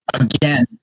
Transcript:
again